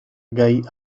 gai